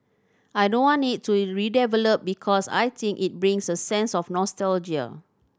I don't want it to redeveloped because I think it brings a sense of nostalgia